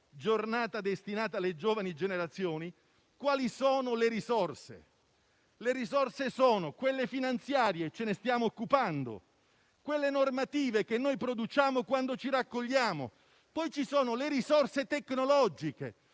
giornata destinata alle giovani generazioni, che le risorse sono quelle finanziarie (ce ne stiamo occupando); quelle normative (che produciamo quando ci raccogliamo); poi ci sono quelle tecnologiche